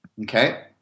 Okay